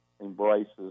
embraces